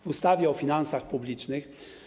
w ustawie o finansach publicznych.